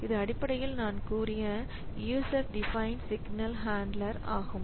இது அடிப்படையில் நான் கூறிய user defined signal handler ஆகும்